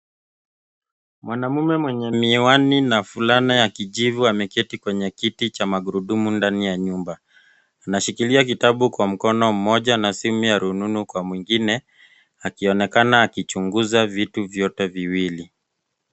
Mwanaume mwenye miwani na fulana ya kijivu ameketi kwenye kiti cha magurudumu ndani ya nyumba. Anashikilia kitabu kwa mkono mmoja na simu ya rununu kwa mwingine, akionekana akichunguza vitu vyote viwili.